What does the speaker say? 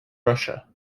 russia